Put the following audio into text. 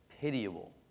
pitiable